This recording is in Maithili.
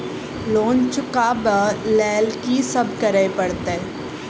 लोन चुका ब लैल की सब करऽ पड़तै?